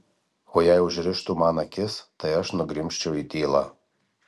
o jei užrištų man akis tai aš nugrimzčiau į tylą